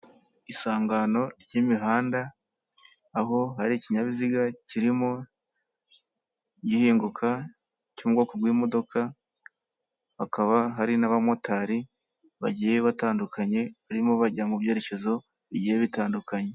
Isangano ry'imihanda, aho hari ikinyabiziga kirimo gihinguka cy'ubwoko bw'imodoka, hakaba hari n'abamotari bagiye batandukanye, barimo bajya mu byerekezo bigiye bitandukanye.